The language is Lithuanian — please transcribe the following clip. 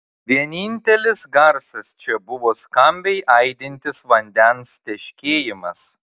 vienintelis garsas čia buvo skambiai aidintis vandens teškėjimas